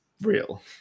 real